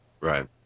Right